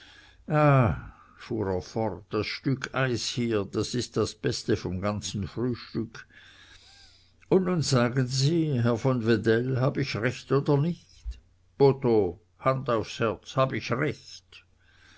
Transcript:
fort das stück eis hier das ist das beste vom ganzen frühstück und nun sagen sie herr von wedell hab ich recht oder nicht botho hand aufs herz hab ich recht